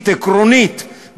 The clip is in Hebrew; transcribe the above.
עקרונית,